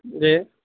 जी